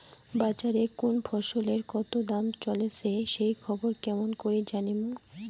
বাজারে কুন ফসলের কতো দাম চলেসে সেই খবর কেমন করি জানীমু?